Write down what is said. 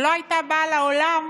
שלא הייתה באה לעולם